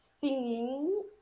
singing